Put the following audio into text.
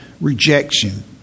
rejection